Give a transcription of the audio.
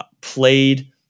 played